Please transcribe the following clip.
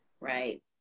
Right